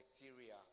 bacteria